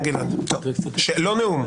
הלכתי.